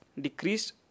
decreased